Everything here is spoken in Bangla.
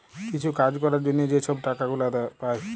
কিছু কাজ ক্যরার জ্যনহে যে ছব টাকা গুলা পায়